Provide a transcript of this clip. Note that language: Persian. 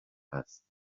هست